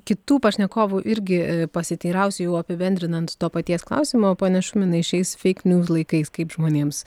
kitų pašnekovų irgi pasiteirausiu jau apibendrinant to paties klausimo pone šuminai šiais fake news laikais kaip žmonėms